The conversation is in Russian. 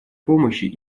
помощи